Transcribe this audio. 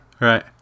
Right